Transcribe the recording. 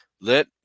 let